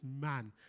man